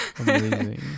Amazing